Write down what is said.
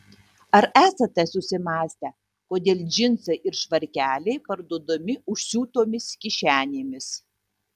ar esate susimąstę kodėl džinsai ir švarkeliai parduodami užsiūtomis kišenėmis